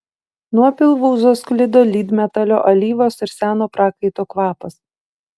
nuo pilvūzo sklido lydmetalio alyvos ir seno prakaito kvapas